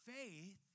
Faith